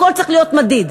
הכול צריך להיות מדיד,